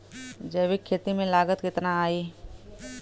जैविक खेती में लागत कितना आई?